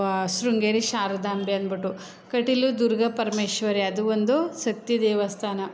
ವ ಶೃಂಗೇರಿ ಶಾರದಾಂಬೆ ಅಂದ್ಬಿಟ್ಟು ಕಟೀಲು ದುರ್ಗಾಪರಮೇಶ್ವರಿ ಅದು ಒಂದು ಶಕ್ತಿ ದೇವಸ್ಥಾನ